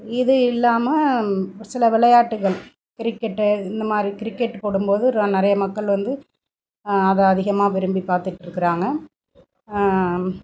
இது இல்லாமல் சில விளையாட்டுகள் கிரிக்கெட்டு இந்தமாதிரி கிரிக்கெட் போடும்போது ர நிறையா மக்கள் வந்து அதை அதிகமாக விரும்பி பார்த்துக்கிட்ருக்குறாங்க